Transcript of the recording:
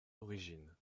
d’origine